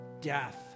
death